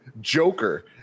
joker